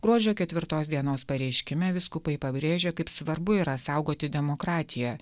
gruodžio ketvirtos dienos pareiškime vyskupai pabrėžia kaip svarbu yra saugoti demokratiją